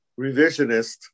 revisionist